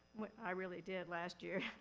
i really did last year.